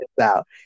out